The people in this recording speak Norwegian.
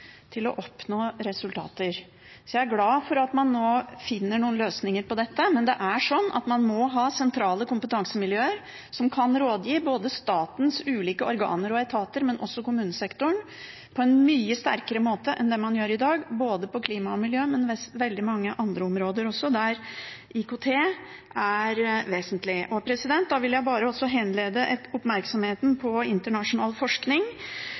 til å oppnå resultater. Jeg er derfor glad for at man nå finner noen løsninger på dette, men det er sånn at man må ha sentrale kompetansemiljøer som kan rådgi både statens ulike organer og etater og også kommunesektoren på en mye sterkere måte enn det man gjør i dag, både på klima og miljø og også på veldig mange andre områder der IKT er vesentlig. Jeg vil også henlede oppmerksomheten på internasjonal forskning,